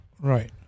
right